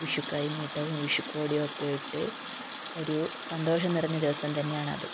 വിഷുക്കൈ നീട്ടവും വിഷുക്കോടിയൊക്കെ ഇട്ട് ഒരു സന്തോഷം നിറഞ്ഞ ദിവസം തന്നെയാണത്